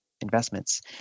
investments